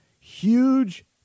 huge